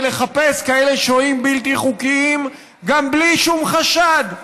לחפש כאלה שוהים בלתי חוקיים גם בלי שום חשד.